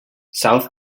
south